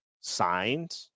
signed